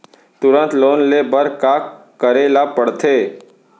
तुरंत लोन ले बर का करे ला पढ़थे?